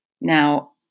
Now